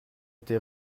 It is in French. été